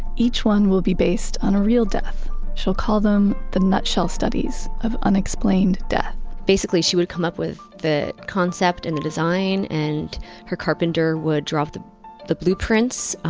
each one will be based on a real death, she'll call them the nutshell studies of unexplained death. basically, she would come up with the concept and the design and her carpenter would draw the the blueprints,